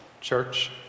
church